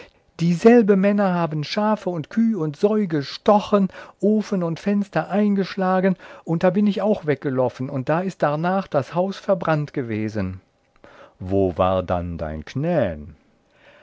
dieselbe männer haben schafe und kühe und säu gestochen ofen und fenster eingeschlagen und da bin ich auch weggeloffen und da ist darnach das haus verbrannt gewesen einsied wo war dann dein knän